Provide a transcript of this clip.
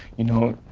you know,